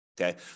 Okay